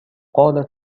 قال